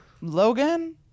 Logan